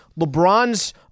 LeBron's